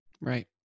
Right